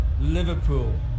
Liverpool